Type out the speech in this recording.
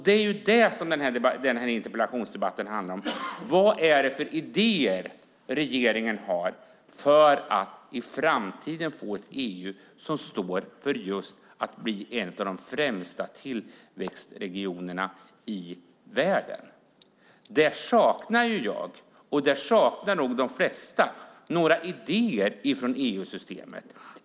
Det är det här som den här interpellationsdebatten handlar om: Vad är det för idéer regeringen har för att i framtiden få ett EU som står för att bli en av de främsta tillväxtregionerna i världen? Där saknar jag, och där saknar nog de flesta, några idéer från EU-systemet.